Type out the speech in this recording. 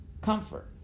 comfort